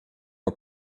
are